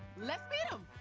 let's meet him.